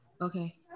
Okay